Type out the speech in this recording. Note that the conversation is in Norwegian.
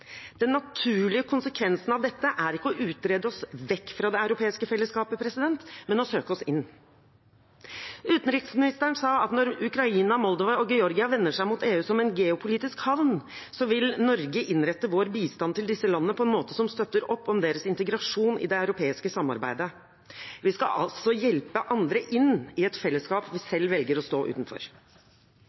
Den naturlige konsekvensen av det er ikke å utrede seg vekk fra det europeiske fellesskapet, men å søke seg inn. Utenriksministeren sa at når Ukraina, Moldova og Georgia vender seg mot EU som en geopolitisk havn, vil Norge innrette sin bistand til disse landene på en måte som støtter opp om deres integrasjon i det europeiske samarbeidet. Vi skal altså hjelpe andre inn i et fellesskap vi selv velger å stå utenfor.